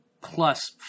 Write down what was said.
plus